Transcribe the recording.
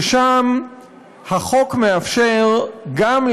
ששם החוק מאפשר גם,